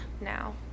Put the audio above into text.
now